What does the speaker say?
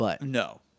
No